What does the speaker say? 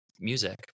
music